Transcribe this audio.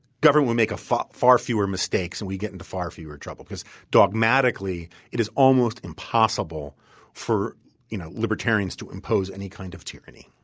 government will make far far fewer mistakes and we get into far fewer trouble because dogmatically, it is almost impossible for you know libertarians to impose any kind of tyranny.